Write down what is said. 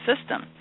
system